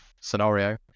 scenario